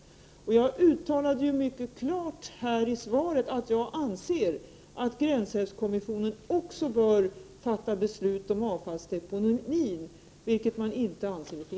Jag uttalade mycket klart i mitt svar att jag anser att 87 gränsälvskommissionen också bör fatta beslut om avfallsdeponering, vilket man inte anser i Finland.